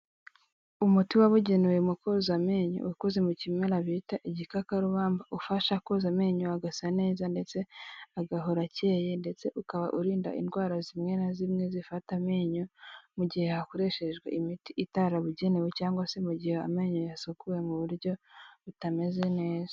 Umuti wabugenewe mu koza amenyo ukoze mu kimera bita igikakarubamba ufasha koza amenyo agasa neza ndetse agahora acye, ndetse ukaba urinda indwara zimwe na zimwe zifata amenyo mu gihe hakoreshejwe imiti itarabugenewe cyangwa se mu gihe amenyo yasukuwe mu buryo butameze neza.